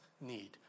need